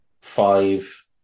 five